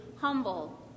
humble